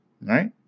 right